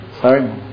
Sorry